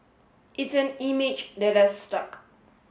it's an image that has stuck